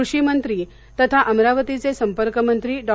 कृषी मंत्री तथा अमरावतीचे संपर्कमंत्री डॉ